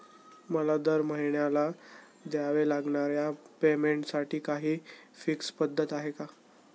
मला दरमहिन्याला द्यावे लागणाऱ्या पेमेंटसाठी काही फिक्स पद्धत आहे का?